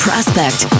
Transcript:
Prospect